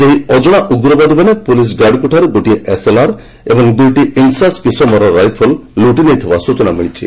ସେହି ଅଜଣା ଉଗ୍ରବାଦୀମାନେ ପୁଲିସ୍ ଗାର୍ଡଙ୍କଠାରୁ ଗୋଟିଏ ଏସ୍ଏଲ୍ଆର୍ ଏବଂ ଦୁଇଟି ଇନ୍ସାସ୍ କିସମର ରାଇଫଲ ଲୁଟି ନେଇଥିବା ସୂଚନା ମିଳିଛି